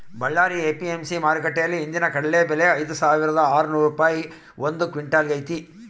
Ballari APMC ಮಾರುಕಟ್ಟೆಯಲ್ಲಿ ಇಂದಿನ ಕಡಲೆ ಬೆಲೆ ಐದುಸಾವಿರದ ಆರು ರೂಪಾಯಿ ಒಂದು ಕ್ವಿನ್ಟಲ್ ಗೆ ಐತೆ